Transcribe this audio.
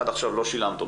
'עד עכשיו לא שילמת',